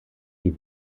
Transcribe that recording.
die